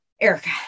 Erica